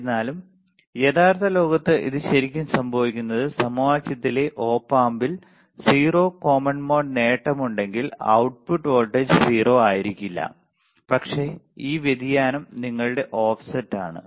എന്നിരുന്നാലും യഥാർത്ഥ ലോകത്ത് ഇത് ശരിക്കും സംഭവിക്കുന്നത് സമവാക്യത്തിലെ ഒപ് ആമ്പിൽ 0 കോമൺ മോഡ് നേട്ടമുണ്ടെങ്കിൽ output വോൾട്ടേജ് 0 ആയിരിക്കില്ല പക്ഷേ ഈ വ്യതിയാനം നിങ്ങളുടെ ഓഫ്സെറ്റാണ്